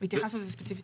והתייחסנו לזה ספציפית.